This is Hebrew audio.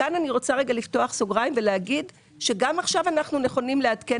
כאן אני רוצה לפתוח סוגריים ולהגיד שגם עכשיו אנחנו נכונים לעדכן